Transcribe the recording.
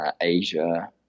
Asia